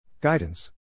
Guidance